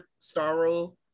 starro